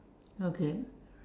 okay